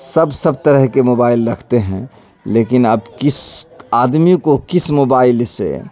سب سب طرح کے موبائل رکھتے ہیں لیکن اب کس آدمی کو کس موبائل سے